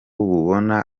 bubona